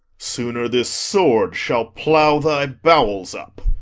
sooner this sword shall plough thy bowels up.